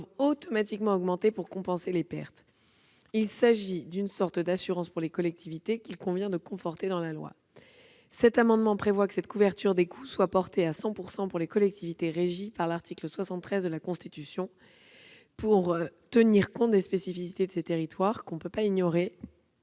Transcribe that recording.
automatiquement augmenter pour compenser les pertes. Il s'agit d'une sorte d'assurance pour les collectivités, qu'il convient de conforter dans la loi. Aux termes de l'amendement, la couverture des coûts serait portée à 100 % pour les collectivités régies par l'article 73 de la Constitution pour tenir compte des spécificités de ces territoires, que l'on ne peut ignorer,